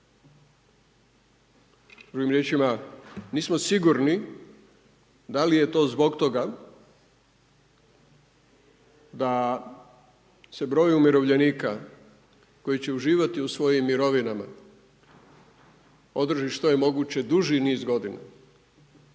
Drugim riječima nismo sigurni da li je to zbog toga da se broj umirovljenika koji će uživati u svojim mirovinama održi što je moguće duži niz godina,